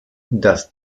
dass